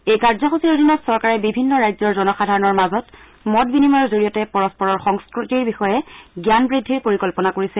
এই কাৰ্যসূচীৰ অধীনত চৰকাৰে বিভিন্ন ৰাজ্যৰ জনসাধাৰণৰ মাজত মত বিনিময়ৰ জৰিয়তে পৰস্পৰৰ সংস্কৃতিৰ বিষয়ে জ্ঞান বৃদ্ধিৰ পৰিকল্পনা কৰিছে